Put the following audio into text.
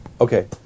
Okay